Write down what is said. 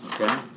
Okay